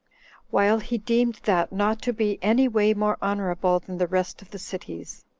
while he deemed that not to be any way more honorable than the rest of the cities